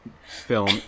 film